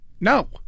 No